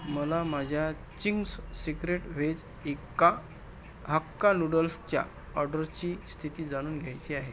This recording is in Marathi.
मला माझ्या चिंग्स सिक्रेट व्हेज ईक्का हक्का लूडल्सच्या ऑडरची स्थिती जाणून घ्यायची आहे